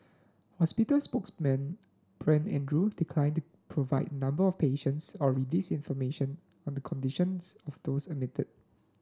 hospital spokesman Brent Andrew declined to provide number of patients or release information on the conditions of those admitted